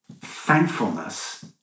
Thankfulness